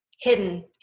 hidden